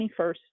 21st